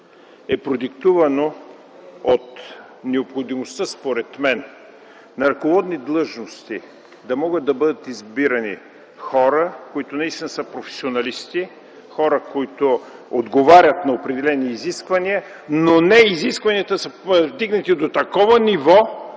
е продиктувано от необходимостта, според мен, на ръководни длъжности да могат да бъдат избирани хора, които наистина са професионалисти, които отговарят на определени изисквания, но не изискванията да са вдигнати до такова ниво,